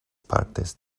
partes